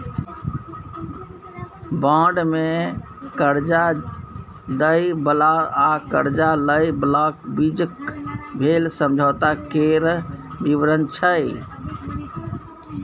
bond मे करजा दय बला आ करजा लय बलाक बीचक भेल समझौता केर बिबरण छै